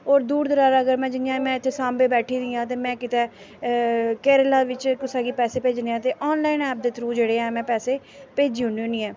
होर दूर दरारा दा में जियां में इत्थै साम्बै बैठी दी आं ते में कित्तै केरला बिच्च कुसा गी पैसे भेजने ऐ ते आनलाइन ऐप दे थ्रू जेह्ड़े ऐ में पैसे भेजी ओड़नी होन्नी आं